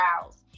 brows